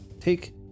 take